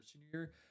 senior